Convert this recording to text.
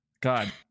God